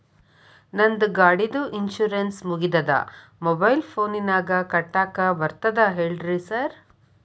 ನಂದ್ ಗಾಡಿದು ಇನ್ಶೂರೆನ್ಸ್ ಮುಗಿದದ ಮೊಬೈಲ್ ಫೋನಿನಾಗ್ ಕಟ್ಟಾಕ್ ಬರ್ತದ ಹೇಳ್ರಿ ಸಾರ್?